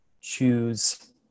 choose